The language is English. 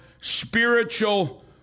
spiritual